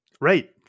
Right